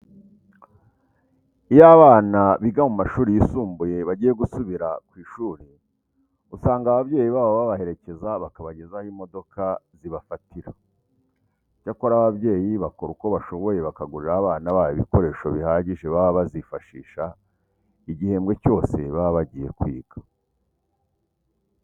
Iyo abana biga mu mashuri yisumbuye bagiye gusubira ku ishuri usanga ababyeyi babo babaherekeza bakabageza aho imodoka zibafatira. Icyakora ababyeyi bakoze uko bashoboye bakagurira abana babo ibikoresho bihagije baba bazifashisha igihembwe cyose baba bagiye kwiga.